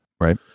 Right